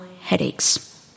headaches